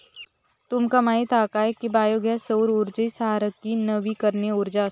तुमका माहीत हा काय की बायो गॅस सौर उर्जेसारखी नवीकरणीय उर्जा असा?